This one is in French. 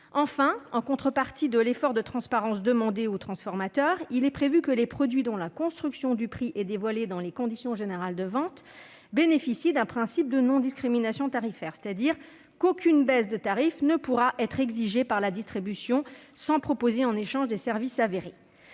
Enfin, en contrepartie de l'effort de transparence demandé aux transformateurs, il est prévu que les produits dont la construction du prix est dévoilée dans les conditions générales de vente bénéficient d'un principe de non-discrimination tarifaire, c'est-à-dire qu'aucune baisse de tarif ne pourra être exigée par la distribution sans proposer en échange des services avérés.